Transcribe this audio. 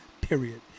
period